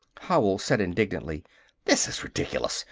howell said indignantly this is ridiculous!